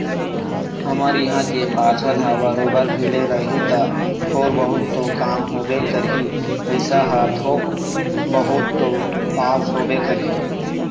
हमर इहाँ के पार्षद ह बरोबर भीड़े रही ता थोर बहुत तो काम होबे करही पइसा ह थोक बहुत तो पास होबे करही